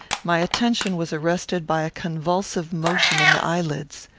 my attention was arrested by a convulsive motion in the eyelids.